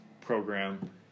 program